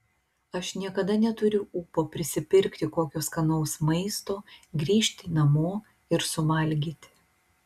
aš niekada neturiu ūpo prisipirkti kokio skanaus maisto grįžti namo ir suvalgyti